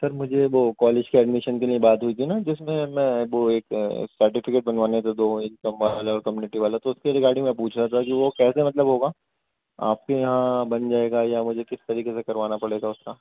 سر مجھے وہ کالج کے ایڈمیشن کے لیے بات ہوئی تھی نا جس میں میں وہ ایک سرٹیفکیٹ بنوانے تھے دو انکم والے اور کمیونٹی والے تو اس سے ریگارڈنگ میں پوچھ رہا تھا کہ وہ کیسے مطلب ہوگا آپ کے یہاں بن جائے گا یا مجھے کس طریقے سے کروانا پڑے گا اس کا